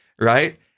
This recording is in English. Right